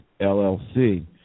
LLC